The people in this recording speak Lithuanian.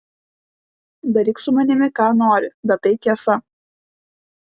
daryk su manimi ką nori bet tai tiesa